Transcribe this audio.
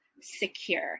secure